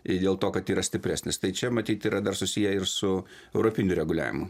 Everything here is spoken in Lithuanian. i dėl to kad yra stipresnis tai čia matyt yra dar susiję ir su europiniu reguliavimu